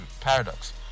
paradox